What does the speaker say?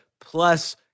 plus